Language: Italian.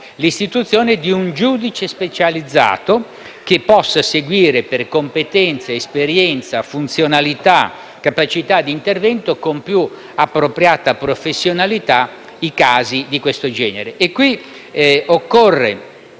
l'istituzione di un giudice specializzato, che possa seguire, per competenza, esperienza, funzionalità, capacità di intervento, con più appropriata professionalità i casi di questo genere. Occorre